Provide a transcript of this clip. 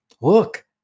look